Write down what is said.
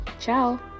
Ciao